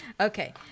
Okay